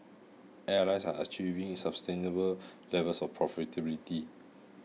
airlines are achieving sustainable levels of profitability